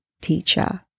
teacher